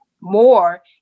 more